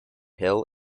hill